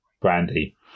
brandy